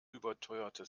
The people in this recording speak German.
überteuerte